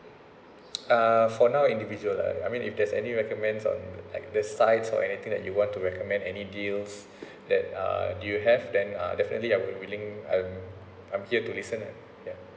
ah for now individual lah ya I mean if there's any recommend from like the side or anything that you want to recommend any deals that uh do you have then uh definitely I will be willing and I'm here to listen lah ya